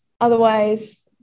Otherwise